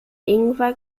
ingwer